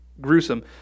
gruesome